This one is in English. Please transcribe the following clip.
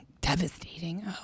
devastating